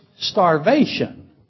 starvation